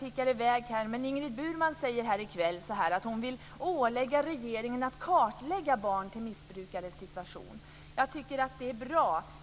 Ingrid Burman säger i kväll att hon vill ålägga regeringen att kartlägga situationen för barn till missbrukare. Jag tycker att det är bra.